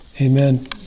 Amen